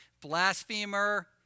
Blasphemer